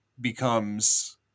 becomes